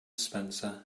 spencer